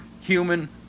human